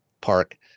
park